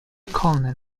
colonel